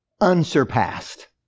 unsurpassed